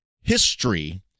history